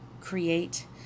create